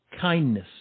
kindness